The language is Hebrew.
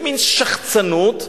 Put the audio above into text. במין שחצנות.